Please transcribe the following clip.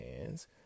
hands